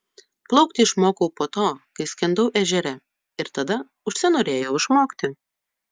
plaukti išmokau po to kai skendau ežere ir tada užsinorėjau išmokti